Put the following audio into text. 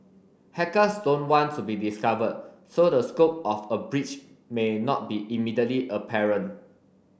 hackers don't want to be discovered so the scope of a breach may not be immediately apparent